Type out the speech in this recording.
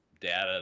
data